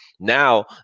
Now